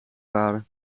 waren